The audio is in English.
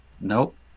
nope